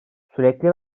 sürekli